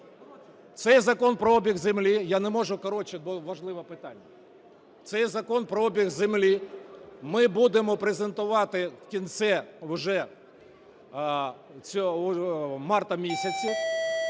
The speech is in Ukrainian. Цей закон про обіг землі ми будемо презентувати в кінці вже марта місяця.